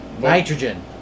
Nitrogen